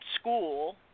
school